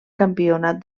campionat